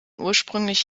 ursprünglich